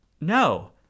No